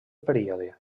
període